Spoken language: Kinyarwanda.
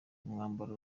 umwambaro